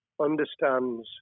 understands